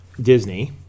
Disney